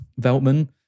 Veltman